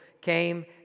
came